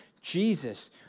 Jesus